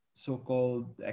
so-called